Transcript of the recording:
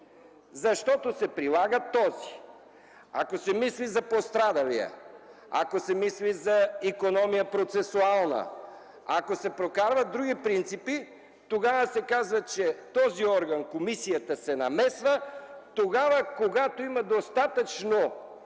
защото се прилага този. Ако се мисли за пострадалия, ако се мисли за процесуална икономия, ако се прокарват други принципи, тогава се казва, че този орган (комисията) се намесва тогава, когато има достатъчно